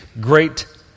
great